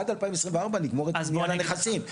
עד 2024 נגמור את עניין הנכסים,